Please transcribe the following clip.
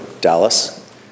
Dallas